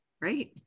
right